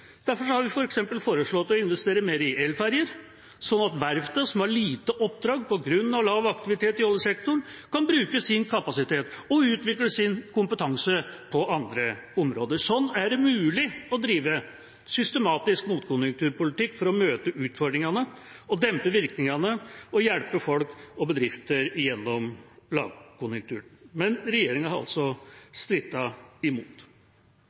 Derfor har vi f.eks. foreslått å investere mer i elferjer, sånn at verftene som har lite oppdrag på grunn av lav aktivitet i oljesektoren, kan bruke sin kapasitet og utvikle sin kompetanse på andre områder. Sånn er det mulig å drive systematisk motkonjunkturpolitikk for å møte utfordringene og dempe virkningene og hjelpe folk og bedrifter gjennom lavkonjunkturen. Men regjeringa har altså strittet imot.